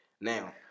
Now